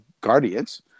guardians